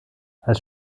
als